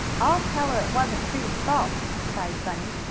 i'll tell her it wasn't sue's fault, cried bunny.